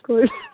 কৰি